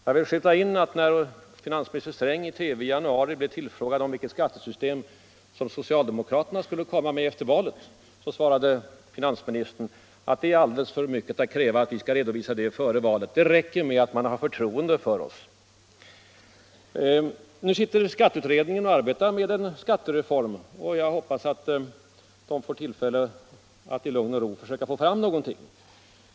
Jag vill inskjuta att när finansminister Sträng i TV i januari blev tillfrågad om vilket skattesystem socialdemokraterna skulle komma med efter valet, svarade han att det är alldeles för mycket att kräva att han skulle redovisa detta före valet. Det räcker med att man har förtroende för oss, sade han. Nu sitter skatteutredningen och arbetar med en skattereform, och jag hoppas att den utredningen får tillfälle att i lugn och ro försöka arbeta fram någonting.